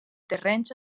terrenys